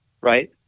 Right